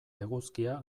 eguzkia